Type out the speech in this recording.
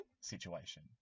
situation